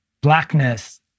blackness